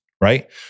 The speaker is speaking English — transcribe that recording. Right